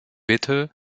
bete